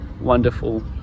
wonderful